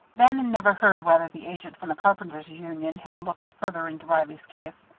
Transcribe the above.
bannon never heard whether the agent from the carpenters' union had looked further into reilly's case,